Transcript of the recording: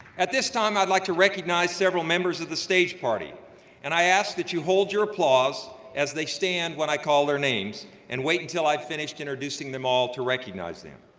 at this time, i'd like to recognize several members of the stage party and i ask that you hold your applause as they stand when i call their names and wait until i finished introducing them all to recognize them.